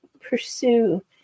pursue